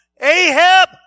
Ahab